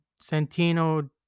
Santino